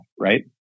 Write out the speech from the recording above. right